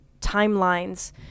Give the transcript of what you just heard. timelines